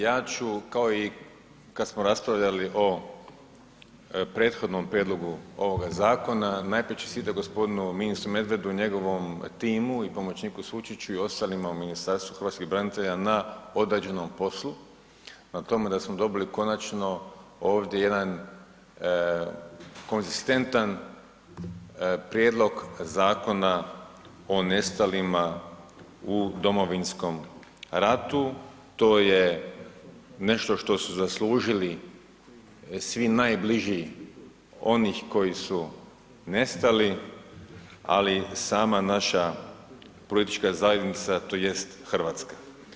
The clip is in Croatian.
Ja ću kao i kad smo raspravljali o prethodnom prijedlogu ovoga zakona najprije čestitao gospodinu ministru Medvedu i njegovom timu i pomoćniku Sučiću i ostalima u Ministarstvu hrvatskih branitelja na odrađenom poslu, na tome da smo dobili konačno ovdje jedan konzistentan prijedlog Zakona o nestalima u Domovinskom ratu, to je nešto što su zaslužili svi najbliži onih koji su nestali, ali sama naša politička zajednica tj. Hrvatska.